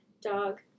dog